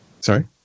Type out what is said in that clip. Sorry